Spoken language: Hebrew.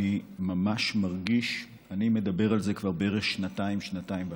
אני מדבר על זה כבר בערך שנתיים, שנתיים וחצי,